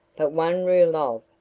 but one rule of,